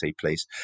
please